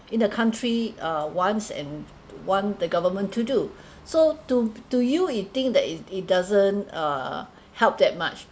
in the country uh wants and want the government to do so to to you you think that it it doesn't err help that much